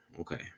okay